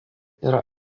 yra